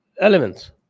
elements